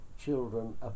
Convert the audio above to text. children